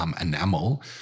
enamel